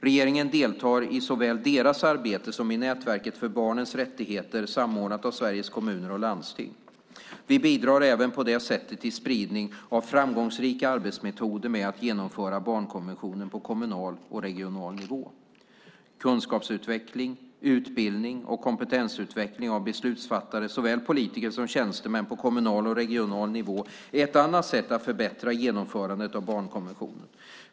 Regeringen deltar i såväl deras arbete som nätverket för barnets rättigheter samordnat av Sveriges Kommuner och Landsting. Vi bidrar även på det sättet till spridning av framgångsrika arbetsmetoder med att genomföra barnkonventionen på kommunal och regional nivå. Kunskapsutveckling, utbildning och kompetensutveckling av beslutsfattare, såväl politiker som tjänstemän på kommunal och regional nivå, är ett annat sätt att förbättra genomförandet av barnkonventionen.